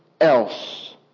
Else